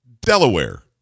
Delaware